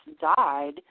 died